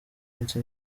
munsi